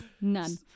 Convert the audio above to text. None